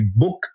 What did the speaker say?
book